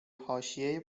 حاشیه